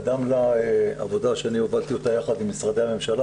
קדמה לה עבודה שהובלתי אותה יחד עם משרדי הממשלה